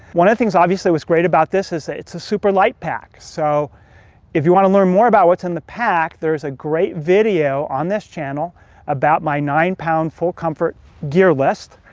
one of the things obviously what's great about this is that it's a super light pack, so if you want to learn more about what's in the pack, there's a great video on this channel about my nine pound full comfort gear list,